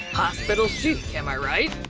hospital chic, am i right?